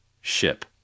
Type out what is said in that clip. ship